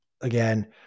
again